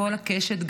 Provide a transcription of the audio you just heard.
מכל הקשת,